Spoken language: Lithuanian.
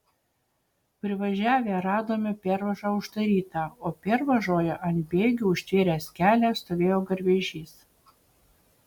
privažiavę radome pervažą uždarytą o pervažoje ant bėgių užtvėręs kelią stovėjo garvežys